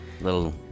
little